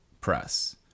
press